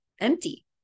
empty